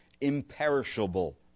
imperishable